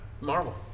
Marvel